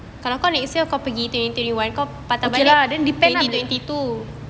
okay lah then depend lah